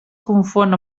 confon